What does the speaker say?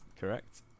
Correct